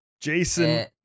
Jason